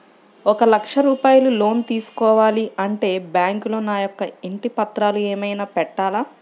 ఒక లక్ష రూపాయలు లోన్ తీసుకోవాలి అంటే బ్యాంకులో నా యొక్క ఇంటి పత్రాలు ఏమైనా పెట్టాలా?